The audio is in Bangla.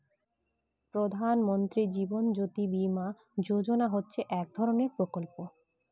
প্রধান মন্ত্রী জীবন জ্যোতি বীমা যোজনা হচ্ছে এক ধরনের প্রকল্প